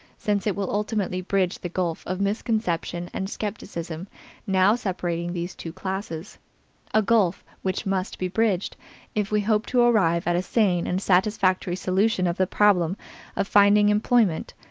since it will ultimately bridge the gulf of misconception and skepticism now separating these two classes a gulf which must be bridged if we hope to arrive at a sane and satisfactory solution of the problem of finding employment,